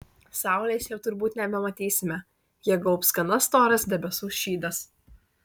saulės jau turbūt nebematysime ją gaubs gana storas debesų šydas